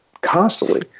constantly